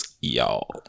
y'all